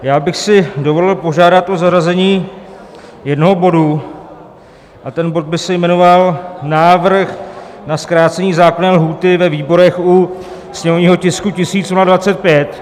Já bych si dovolil požádat o zařazení jednoho bodu a ten bod by se jmenoval Návrh na zkrácení zákonné lhůty ve výborech u sněmovního tisku 1025.